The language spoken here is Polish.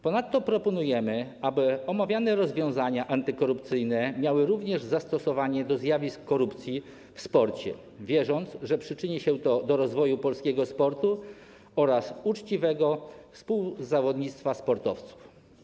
Ponadto proponujemy, aby omawiane rozwiązania antykorupcyjne miały zastosowanie do zjawisk korupcji w sporcie, wierząc, że przyczyni się to do rozwoju polskiego sportu oraz uczciwego współzawodnictwa sportowców.